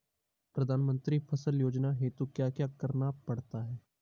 प्रधानमंत्री फसल योजना हेतु क्या क्या करना पड़ता है?